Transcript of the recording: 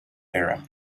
era